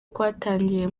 kwatangiye